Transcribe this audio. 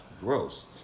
gross